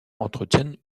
entretiennent